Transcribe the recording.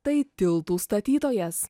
tai tiltų statytojas